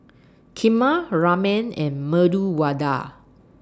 Kheema Ramen and Medu Vada